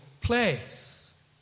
place